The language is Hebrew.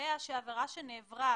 שקובע שעבירה שנעברה